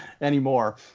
anymore